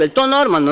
Je li to normalno?